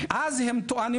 אז הם טוענים,